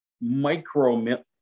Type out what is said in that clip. micro